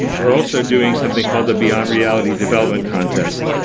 we're also doing something called the beyond reality development contest,